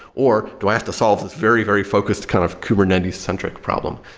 or do i have to solve this very, very focused kind of kubernetes-centric problem?